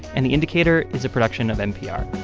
and the indicator is a production of npr